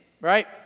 Right